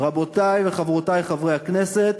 רבותי וחברותי חברי הכנסת,